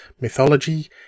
mythology